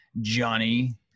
Johnny